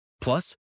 Plus